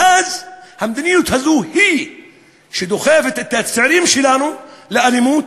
ואז המדיניות הזאת היא שדוחפת את הצעירים שלנו לאלימות,